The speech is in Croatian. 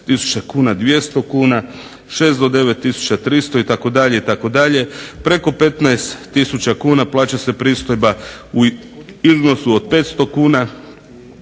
6000 kuna 200 kuna, 6 do 9000 30 itd. itd. Preko 15000 kuna plaća se pristojba u iznosu od 500 kuna